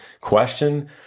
question